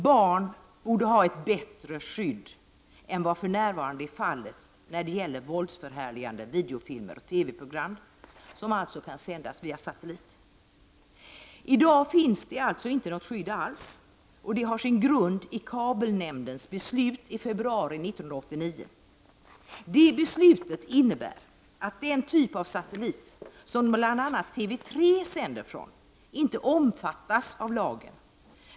Barn borde ha ett bättre skydd än vad som för närvarande är fallet när det gäller våldsförhärligande videofilmer och TV-program, som alltså kan sändas via satellit. I dag finns inget skydd alls. Det har sin grund i kabelnämndens beslut från februari 1989. Det beslutet innebär att den typ av satellit som bl.a. TV3 sänder ifrån inte omfattas av lagen.